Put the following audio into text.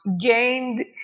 gained